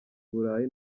burayi